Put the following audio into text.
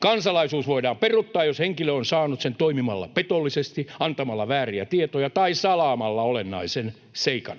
Kansalaisuus voidaan peruuttaa, jos henkilö on saanut sen toimimalla petollisesti antamalla vääriä tietoja tai salaamalla olennaisen seikan.